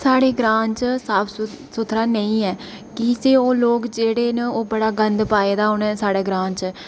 साढ़े ग्रांऽ च साफ सुथरा नेईं ऐ कीजे ओह् लोग न जेह्ड़े न ओह बड़ा गंद पाए दा उ'नें साढ़े ग्रांऽ च